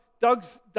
Doug's